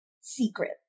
secret